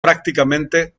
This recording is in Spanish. prácticamente